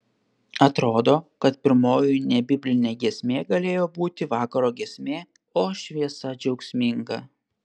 atrodo kad pirmoji nebiblinė giesmė galėjo būti vakaro giesmė o šviesa džiaugsminga